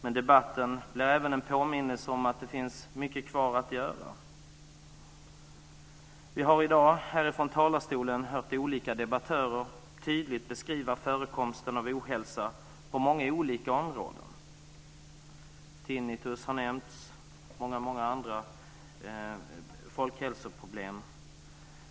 Men debatten blir även en påminnelse om att det finns mycket kvar att göra. Vi har i dag från talarstolen hört olika debattörer tydligt beskriva förekomsten av ohälsa på många olika områden. Tinnitus har nämnts, och många andra folkhälsoproblem har nämnts.